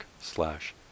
slash